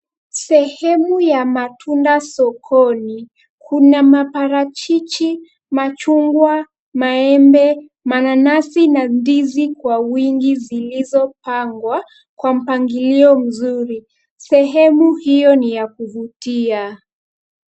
Sehemu ya matunda sokoni. Kuna maparachichi, machungwa, maembe, mananasi na ndizi kwa wingi zilizopangwa kwa mpangilio mzuri. Sehemu hiyo ni ya kuvutia.